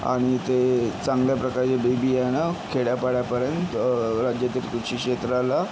आणि ते चांगल्या प्रकारे बी बियाणं खेड्यापाड्यापर्यंत राज्यातील कृषी क्षेत्राला